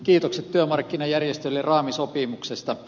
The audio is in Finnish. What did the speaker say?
kiitokset työmarkkinajärjestöille raamisopimuksesta